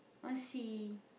want see